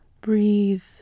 breathe